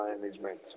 management